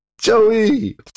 Joey